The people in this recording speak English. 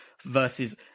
versus